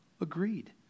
Agreed